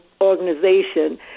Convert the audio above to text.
organization